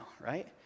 right